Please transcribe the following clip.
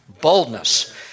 boldness